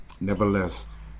nevertheless